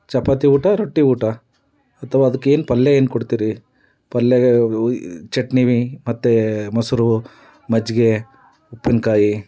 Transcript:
ಚಪಾತಿ ಊಟ ರೊಟ್ಟಿ ಊಟ ಅಥವಾ ಅದಕ್ಕೇನು ಪಲ್ಯ ಏನು ಕೊಡ್ತೀರಿ ಪಲ್ಯ ಚಟ್ನಿ ಮತ್ತು ಮೊಸರು ಮಜ್ಜಿಗೆ ಉಪ್ಪಿನಕಾಯಿ